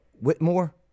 Whitmore